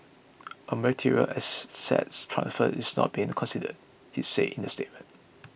a material asset transfer is not being considered he said in the statement